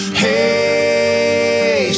hey